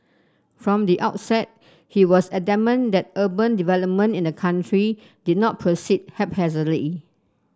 from the outset he was adamant that urban development in the country did not proceed haphazardly